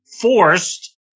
forced